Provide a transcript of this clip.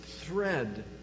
thread